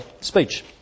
speech